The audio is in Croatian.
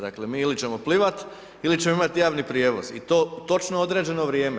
Dakle, mi ili ćemo plivati ili ćemo imati javni prijevoz i to u točno određeno vrijeme.